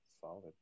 Solid